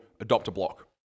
Adopt-A-Block